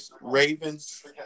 Raven's